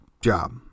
job